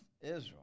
Israel